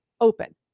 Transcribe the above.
open